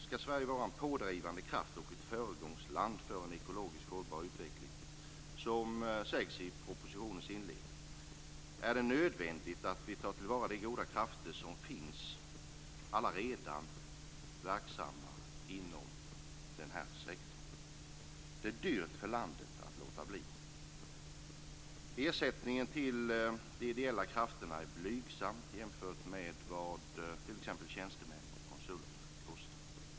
Skall Sverige vara en pådrivande kraft och ett föregångsland för en ekologiskt hållbar utveckling, som sägs i propositionens inledning, är det nödvändigt att vi tar till vara de goda krafter som allaredan finns verksamma inom denna sektor. Det är dyrt för landet att låta bli det. Ersättningen till de ideella krafterna är blygsam jämfört med vad t.ex. tjänstemän och konsulter kostar.